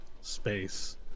space